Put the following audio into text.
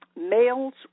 males